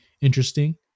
interesting